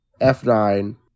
F9